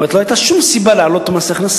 זאת אומרת, לא היתה שום סיבה להעלות את מס ההכנסה.